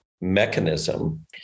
mechanism